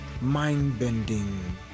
mind-bending